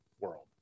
world